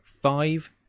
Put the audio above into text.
Five